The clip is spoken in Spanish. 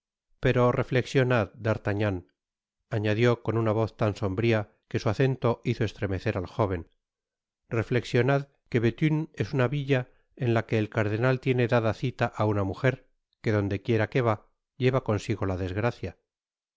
pero reflexionad d'artagnan añadió con una voz tan sombria que su acento hizo estremecer aljóven reflexionad q e bethune es una villa en laque el cardenal tiene dada cita á una mujer que donde quiera que va lleva consigo la desgracia